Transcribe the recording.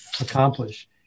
accomplish